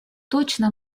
точно